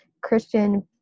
Christian